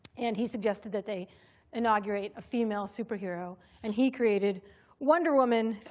and he suggested that they inaugurate a female superhero and he created wonder woman.